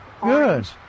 Good